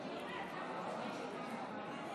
תודה.